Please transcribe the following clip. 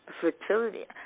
Fertility